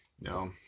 no